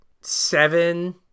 seven